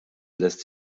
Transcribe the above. lässt